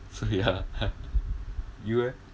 so ya you leh